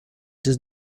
does